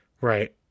Right